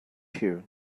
you